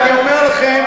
ואני אומר לכם,